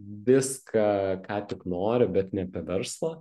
viską ką tik nori bet ne apie verslą